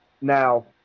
Now